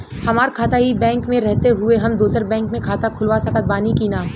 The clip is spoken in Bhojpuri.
हमार खाता ई बैंक मे रहते हुये हम दोसर बैंक मे खाता खुलवा सकत बानी की ना?